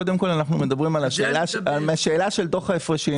קודם כול אנחנו מדברים על השאלה של דוח ההפרשים.